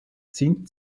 sind